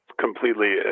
completely